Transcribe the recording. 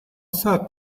third